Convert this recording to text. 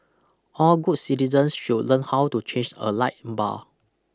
all good citizens should learn how to change a light bar